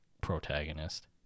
protagonist